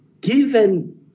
given